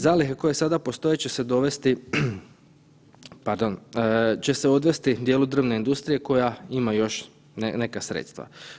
Zalihe koje sada postoje će se dovesti, pardon, će se odvesti dijelu drvne industrije koja ima još neka sredstva.